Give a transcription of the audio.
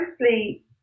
mostly